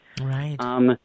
Right